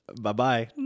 bye-bye